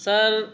sir